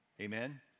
Amen